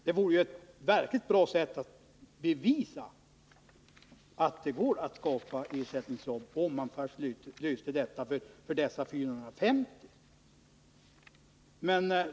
Då skulle man bevisa att det går att skapa ersättningsjobb.